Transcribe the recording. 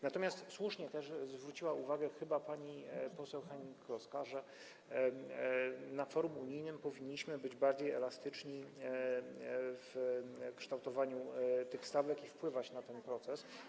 Natomiast słusznie zwróciła uwagę chyba pani poseł Hennig-Kloska, że na forum unijnym powinniśmy być bardziej elastyczni w kształtowaniu tych stawek i wpływać na ten proces.